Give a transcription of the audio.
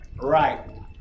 right